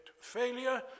failure